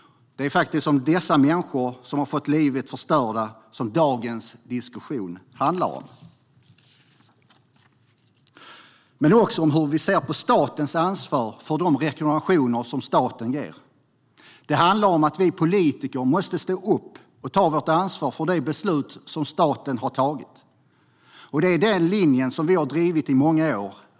Det är faktiskt om dessa människor, som har fått sina liv förstörda, som dagens diskussion handlar. Men det handlar också om hur vi ser på statens ansvar för de rekommendationer som staten ger. Det handlar om att vi politiker måste stå upp och ta vårt ansvar för de beslut som staten har tagit. Det är den linje som vi har drivit i många år.